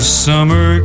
summer